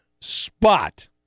spot